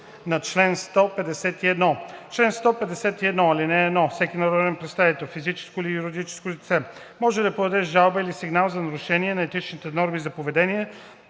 на чл. 151: „Чл. 151. (1) Всеки народен представител, физическо или юридическо лице може да подаде жалба или сигнал за нарушение на етичните норми за поведение